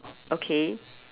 okay